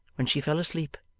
when she fell asleep,